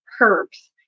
herbs